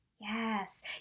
Yes